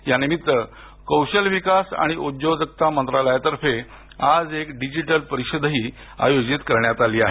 या निमित्त कौशल विकास आणि उद्योजकता मंत्रालयातर्फे आज एक डिजिटल परिषदही आयोजित करण्यात आली आहे